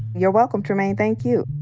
you're welcome, trymaine. thank you.